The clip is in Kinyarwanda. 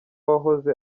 wahoze